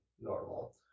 normal